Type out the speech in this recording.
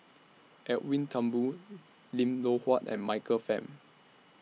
Edwin Thumboo Lim Loh Huat and Michael Fam